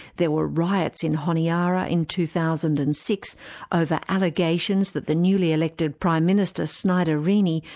there were riots in honiara in two thousand and six over allegations that the newly elected prime minister snyder rini,